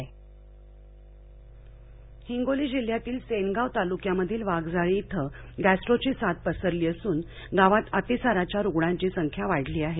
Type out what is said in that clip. गॅस्टोची साथः हिंगोली जिल्ह्यातील सेनगाव ताल्क्यामधील वाघजाळी इथं गॅस्ट्रोची साथ पसरली असून गावात अतिसाराच्या रुग्णांची संख्या वाढली आहे